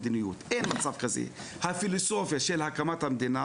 ואין להם הכנסה סדירה שהיא מעל השכר מינימום,